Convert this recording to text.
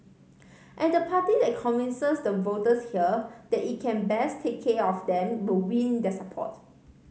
and the party that convinces the voters here that it can best take care of them will win their support